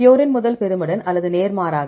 purine முதல் pyrimidine அல்லது நேர்மாறாக